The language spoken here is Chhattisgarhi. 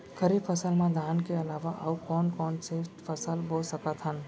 खरीफ फसल मा धान के अलावा अऊ कोन कोन से फसल बो सकत हन?